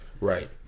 Right